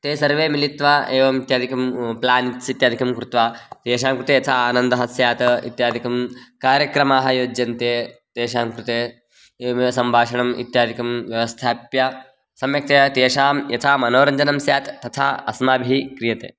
ते सर्वे मिलित्वा एवम् इत्यादिकं प्लान्ट्स् इत्यादिकं कृत्वा तेषां कृते यथा आनन्दः स्यात् इत्यादिकं कार्यक्रमाः योज्यन्ते तेषां कृते एवमेव सम्भाषणम् इत्यादिकं व्यवस्थाप्य सम्यक्तया तेषां यथा मनोरञ्जनं स्यात् तथा अस्माभिः क्रियते